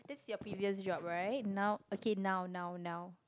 it's your previous job right now okay now now now